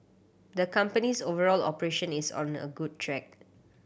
the company's overall operation is on a good track